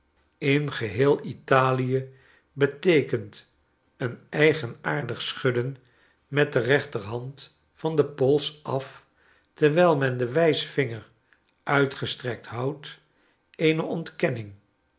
in geheel italie beteekent een eigenaardig schudden met de rechterhand van de pols af terwijl men den wijsvinger uitgestrekt houdt eene ontkenning